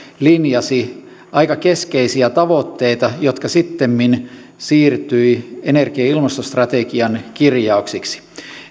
linjasi aika keskeisiä tavoitteita jotka sittemmin siirtyivät energia ja ilmastostrategian kirjauksiksi